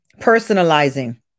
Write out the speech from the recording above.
Personalizing